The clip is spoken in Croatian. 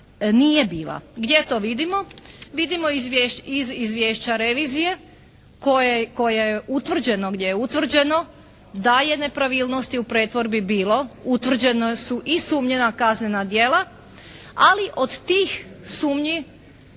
Gdje to vidimo? Vidimo iz izvješća revizije koje je utvrđeno gdje je utvrđeno da je nepravilnosti u pretvorbi bilo, utvrđene su i sumnje na kaznena djela, ali od tih sumnji